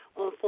on